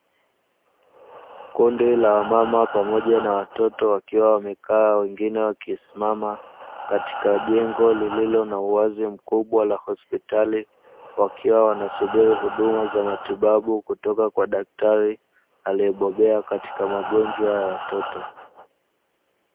Kundi la wamama pamoja na watoto wakiwa wamekaa wengine wakisimama katika jengo lililo na uwazi mkubwa la hospitali wakiwa wanasubiri huduma za matibabu kutoka kwa daktari aliyebobea katika magonjwa ya watoto.